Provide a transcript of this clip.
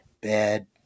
bad